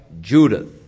Judith